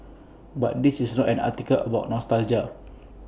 but this is not an article about nostalgia